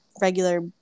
regular